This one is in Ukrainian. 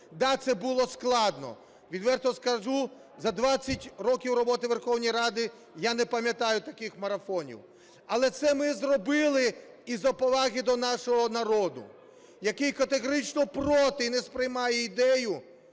Да, це було складно. Відверто скажу, за 20 років роботи у Верховній Раді я не пам'ятаю таких марафонів. Але це ми зробили із-за поваги до нашого народу, який категорично проти і не сприймає ідею